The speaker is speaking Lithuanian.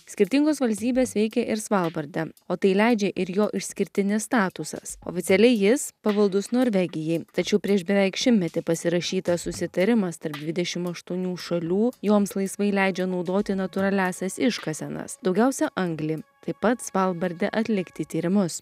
skirtingos valstybės veikė ir svalbarde o tai leidžia ir jo išskirtinis statusas oficialiai jis pavaldus norvegijai tačiau prieš beveik šimtmetį pasirašytas susitarimas tarp dvidešimt aštuonių šalių joms laisvai leidžia naudoti natūraliąsias iškasenas daugiausia anglį taip pat svalbarde atlikti tyrimus